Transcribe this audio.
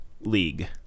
league